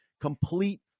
complete